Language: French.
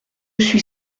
suis